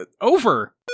Over